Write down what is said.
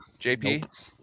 JP